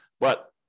But-